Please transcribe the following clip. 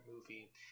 movie